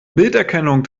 bilderkennung